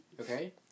Okay